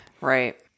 right